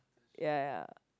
ya ya